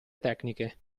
tecniche